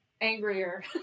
angrier